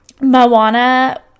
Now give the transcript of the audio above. Moana